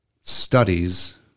studies